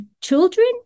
children